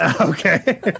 okay